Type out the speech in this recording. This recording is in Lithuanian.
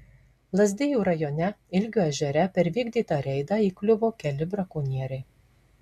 lazdijų rajone ilgio ežere per vykdytą reidą įkliuvo keli brakonieriai